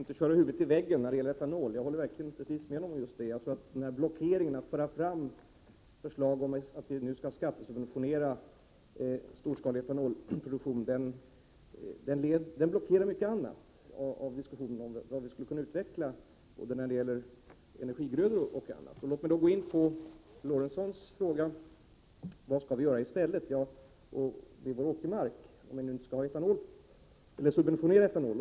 Herr talman! Karl Erik Olsson sade att vi inte skall köra huvudet i väggen när det gäller etanol. Jag håller verkligen med honom om det. Att föra fram förslag om att vi skall skattesubventionera storskalig etanolproduktion innebär att man blockerar mycket annat i diskussionen — vad vi skulle kunna utveckla när det gäller t.ex. energigrödor. Låt mig gå in på Sven Eric Lorentzons fråga om vad vi skall göra i stället med vår åkermark, om vi nu inte skall subventionera etanol.